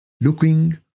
looking